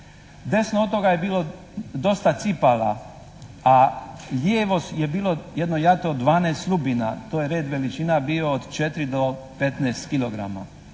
desno od toga je bilo dosta cipala. A lijevo je bilo jedno jato od 12 lubina, to je red veličina bio od 4 do 15 kilograma.